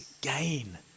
gain